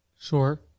sure